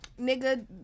nigga